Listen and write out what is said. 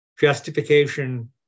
justification